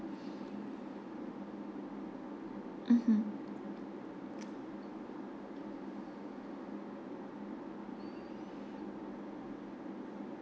mmhmm